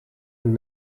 een